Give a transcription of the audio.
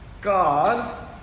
God